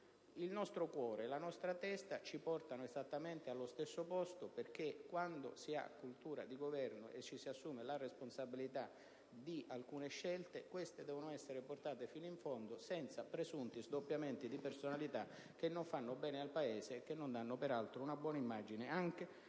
Il nostro cuore e la nostra testa ci portano esattamente allo stesso posto, perché quando si ha cultura di governo e ci si assume la responsabilità di alcune scelte, queste devono essere portate fino in fondo, senza presunti sdoppiamenti di personalità che non fanno bene al Paese e che non danno peraltro una buona immagine anche di